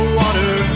water